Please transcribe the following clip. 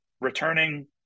returning